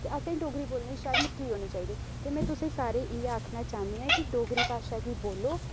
ते असेंगी डोगरी बोलने च शर्म की होनी चाहिदी ऐ ते में तुसें सारे इ'यै आखना चाह्न्नी आं कि डोगरी भाशा गी बोलो